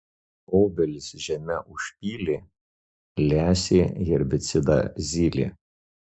obelis žeme užpylė lesė herbicidą zylė